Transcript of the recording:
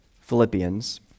Philippians